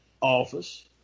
office